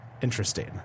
interesting